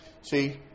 See